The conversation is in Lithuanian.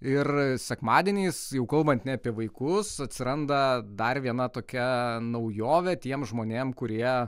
ir sekmadieniais jau kalbant ne apie vaikus atsiranda dar viena tokia naujovė tiem žmonėm kurie